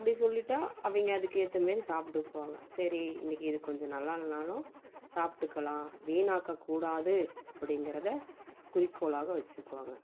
அப்படி சொல்லிட்டால் அவங்க அதுக்கு ஏற்ற மாதிரி சாப்பிட்டுக்குவாங்க சரி இன்னைக்கி இது கொஞ்சம் நல்லாலைனாலும் சாப்ட்டுக்கலாம் வீணாக்கக்கூடாது அப்டிங்கிறத குறிக்கோளாக வச்சுக்குவாங்க